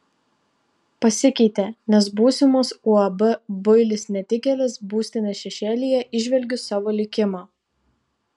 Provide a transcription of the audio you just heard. pasikeitė nes būsimos uab builis netikėlis būstinės šešėlyje įžvelgiu savo likimą